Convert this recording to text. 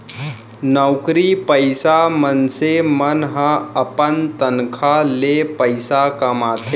नउकरी पइसा मनसे मन ह अपन तनखा ले पइसा कमाथे